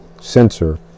sensor